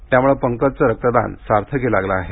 त्यामूळे पंकजच रक्तदान सार्थकी लागल आहे